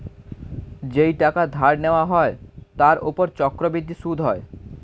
যেই টাকা ধার নেওয়া হয় তার উপর চক্রবৃদ্ধি সুদ হয়